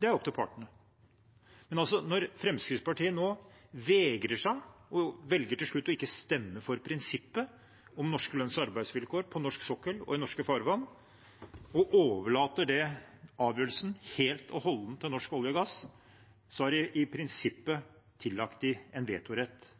Det er opp til partene. Men når Fremskrittspartiet nå vegrer seg og til slutt velger ikke å stemme for prinsippet om norske lønns- og arbeidsvilkår på norsk sokkel og i norske farvann og overlater den avgjørelsen helt og holdent til Norsk olje og gass, har de i prinsippet tillagt dem en vetorett